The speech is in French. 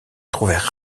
trouvèrent